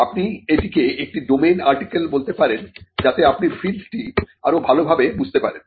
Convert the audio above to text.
আপনি এটিকে একটি ডোমেইন আর্টিকেল বলতে পারেন যাতে আপনি ফিল্ডটি আরো ভালোভাবে বুঝতে পারেন